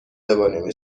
تعداد